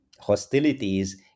hostilities